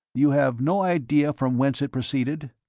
you have no idea from whence it proceeded?